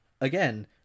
again